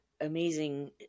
amazing